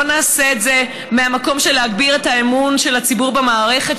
נעשה את זה ממקום של להגביר את אמון הציבור במערכת,